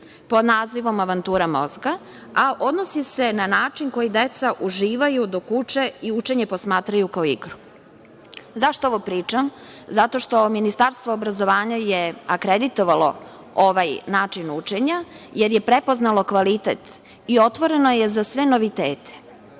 pod nazivom „Avantura mozga“, a odnosi se na način na koji deca uživaju dok uče i učenje posmatraju kao igru.Zašto ovo pričam? Zato što Ministarstvo obrazovanja je akreditovalo ovaj način učenja, jer je prepoznalo kvalitet i otvoreno je za sve novitete